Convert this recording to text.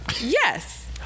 Yes